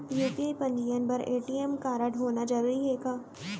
UPI पंजीयन बर ATM कारडहोना जरूरी हे का?